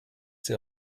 sie